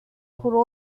would